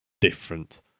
different